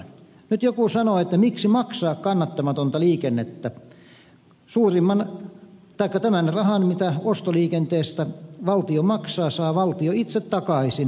nyt joku kysyy miksi maksaa kannattamatonta liikennettä mutta tämän rahan minkä ostoliikenteestä valtio maksaa valtio saa itse takaisin ratamaksuna